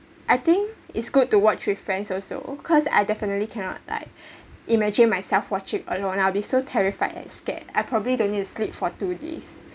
I think it's good to watch with friends also cause I definitely cannot like imagine myself watching alone I'll be so terrified and scared I probably don't need to sleep for two days